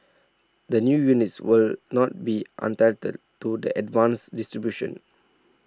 the new units will not be entitled to the advanced distribution